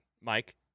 Mike